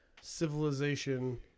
civilization